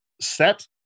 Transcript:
set